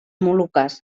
moluques